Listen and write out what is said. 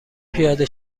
پیاده